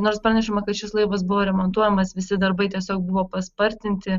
nors pranešama kad šis laivas buvo remontuojamas visi darbai tiesiog buvo paspartinti